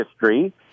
history